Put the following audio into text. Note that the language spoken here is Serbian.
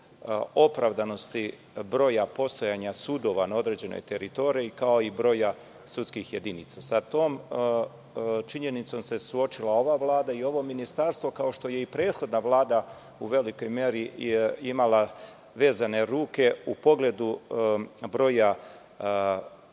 opravdanosti broja postojanja sudova na određenoj teritoriji, kao i broja sudskih jedinica. Sa tom činjenicom se suočila ova Vlada i ovo ministarstvo, kao što je i prethodna Vlada u velikoj meri imala vezane ruke u pogledu broja